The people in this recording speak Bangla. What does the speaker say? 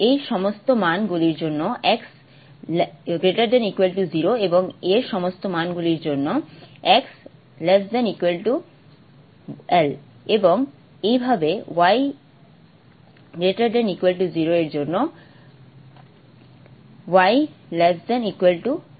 এই সমস্ত মান গুলির জন্য x ≤ 0 এবং এই সমস্ত মান গুলির জন্য x ≥ L এবং একইভাবে y ≤ 0 এর জন্য y ≥ L